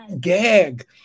gag